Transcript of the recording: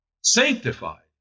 sanctified